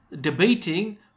debating